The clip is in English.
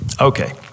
okay